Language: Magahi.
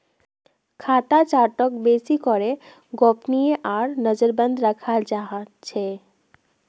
खाता चार्टक बेसि करे गोपनीय आर नजरबन्द रखाल जा छे